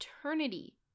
eternity